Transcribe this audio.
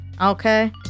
Okay